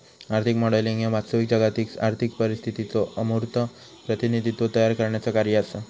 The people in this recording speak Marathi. आर्थिक मॉडेलिंग ह्या वास्तविक जागतिक आर्थिक परिस्थितीचो अमूर्त प्रतिनिधित्व तयार करण्याचा कार्य असा